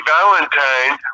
Valentine